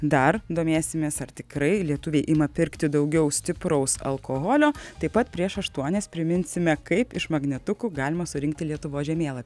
dar domėsimės ar tikrai lietuviai ima pirkti daugiau stipraus alkoholio taip pat prieš aštuonias priminsime kaip iš magnetukų galima surinkti lietuvos žemėlapį